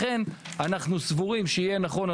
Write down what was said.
לכן אנחנו סבורים שיהיה נכון,